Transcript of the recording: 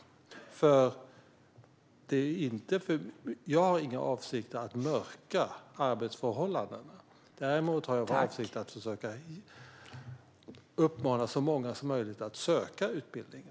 Jag har inga avsikter att mörka arbetsförhållandena. Däremot har jag för avsikt att försöka uppmana så många som möjligt att söka till utbildningen.